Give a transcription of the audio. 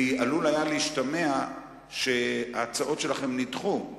כי עלול היה להשתמע שההצעות שלכם נדחו,